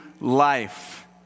life